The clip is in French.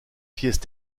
pièces